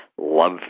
Love